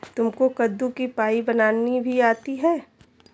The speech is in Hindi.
तुमको कद्दू की पाई बनानी भी आती है?